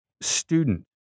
student